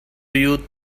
you